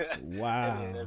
Wow